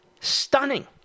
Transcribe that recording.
stunning